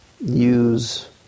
use